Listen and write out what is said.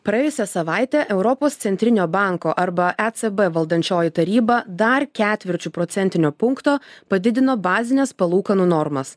praėjusią savaitę europos centrinio banko arba ecb valdančioji taryba dar ketvirčiu procentinio punkto padidino bazines palūkanų normas